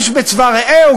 איש בצבא רעהו,